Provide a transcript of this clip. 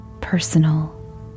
personal